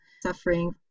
suffering